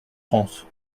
france